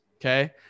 okay